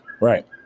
Right